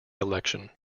election